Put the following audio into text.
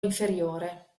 inferiore